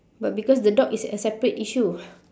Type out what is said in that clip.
but because the dog is a separate issue